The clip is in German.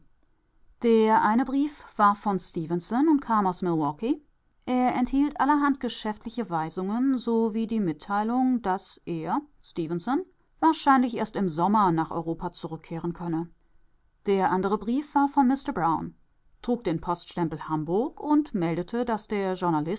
der eine brief war von stefenson und kam aus milwaukee er enthielt allerhand geschäftliche weisungen sowie die mitteilung daß er stefenson wahrscheinlich erst im sommer nach europa zurückkehren könne der andere brief war von mister brown trug den poststempel hamburg und meldete daß der